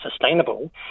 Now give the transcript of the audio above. sustainable